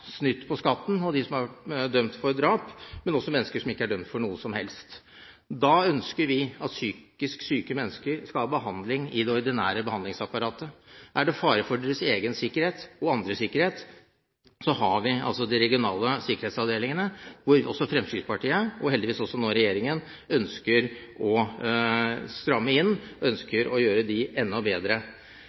snytt på skatten, og de som er dømt for drap, men det finnes også mennesker som ikke er dømt for noe som helst. Vi ønsker at psykisk syke mennesker skal få behandling i det ordinære behandlingsapparatet. Er det fare for deres egen eller andres sikkerhet, har vi altså de regionale sikkerhetsavdelingene, som Fremskrittspartiet – og nå heldigvis også regjeringen – ønsker å stramme inn; vi ønsker å gjøre dem enda bedre.